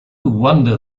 wonder